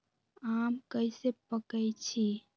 आम कईसे पकईछी?